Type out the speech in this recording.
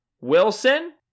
Wilson